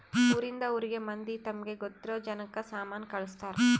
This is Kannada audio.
ಊರಿಂದ ಊರಿಗೆ ಮಂದಿ ತಮಗೆ ಗೊತ್ತಿರೊ ಜನಕ್ಕ ಸಾಮನ ಕಳ್ಸ್ತರ್